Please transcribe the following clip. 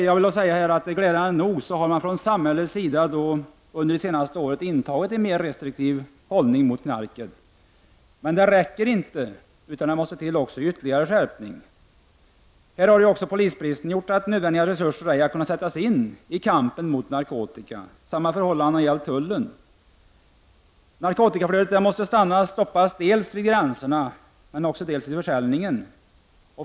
Jag vill dock säga, att man glädjande nog från samhällets sida under senare år intagit en mer restriktiv hållning mot knarket. Men det räcker inte, utan det måste till en ytterligare skärpning. Bristen på personal inom polisen har gjort att nödvändiga resurser ej har kunnat sättas in i kampen mot narkotika. Samma förhållande har gällt för tullen. Narkotikaflödet måste stoppas dels vid gränserna, dels i samband med försäljningen.